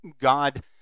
God